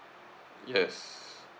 yes